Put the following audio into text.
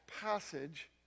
passage